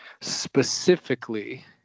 specifically